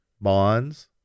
bonds